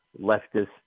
leftist